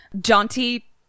jaunty